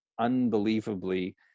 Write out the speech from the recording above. unbelievably